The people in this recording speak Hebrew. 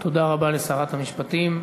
תודה רבה לשרת המשפטים.